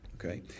okay